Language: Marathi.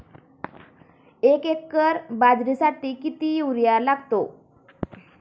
एक एकर बाजरीसाठी किती युरिया लागतो?